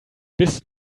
bis